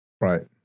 Right